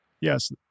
yes